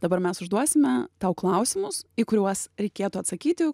dabar mes užduosime tau klausimus į kuriuos reikėtų atsakyti